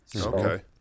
okay